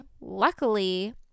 Luckily